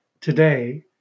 today